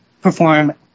perform